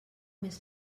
més